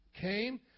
came